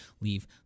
leave